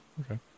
okay